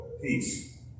peace